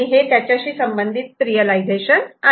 हे त्याच्याशी संबंधित रियलायझेशन आहे